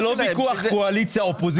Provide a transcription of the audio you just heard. זה לא ויכוח של קואליציה או אופוזיציה,